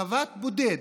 חוות בודד,